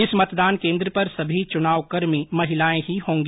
इस मतदान केन्द्र पर सभी चुनावकर्मी महिलाएं ही होंगी